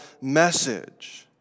message